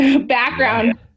background